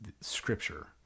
scripture